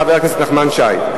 חבר הכנסת נחמן שי.